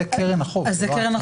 אבל זו קרן החוב.